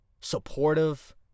Supportive